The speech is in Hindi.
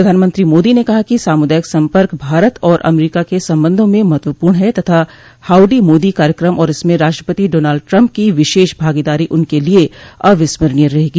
प्रधानमंत्री मोदी ने कहा कि सामुदायिक संपर्क भारत और अमरीका के संबंधों में महत्वपूर्ण है तथा हाउडी मोदी कार्यक्रम और इसमे राष्ट्रपति डोनॉल्ड ट्रंप की विशेष भागीदारी उनके लिए अविस्मरणीय रहेगी